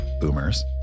boomers